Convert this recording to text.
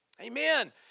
Amen